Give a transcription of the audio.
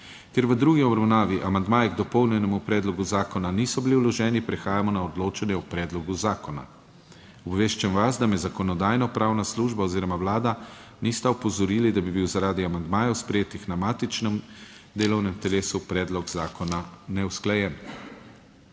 Ker v drugi obravnavi amandmaji k dopolnjenemu predlogu zakona niso bili vloženi, prehajamo na odločanje o predlogu zakona. Obveščam vas, da me Zakonodajno-pravna služba oziroma Vlada nista opozorili, da bi bil zaradi amandmajev sprejetih na matičnem delovnem telesu predlog zakona neusklajen.